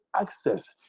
access